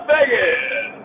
Vegas